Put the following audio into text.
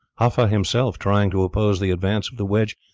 haffa himself, trying to oppose the advance of the wedge,